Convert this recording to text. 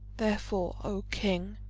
therefore, o king,